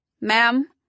Ma'am